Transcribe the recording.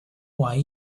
way